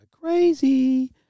crazy